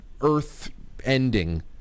earth-ending